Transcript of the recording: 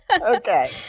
Okay